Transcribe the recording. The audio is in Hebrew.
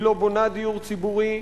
היא לא בונה דיור ציבורי,